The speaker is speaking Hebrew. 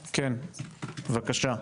בבקשה.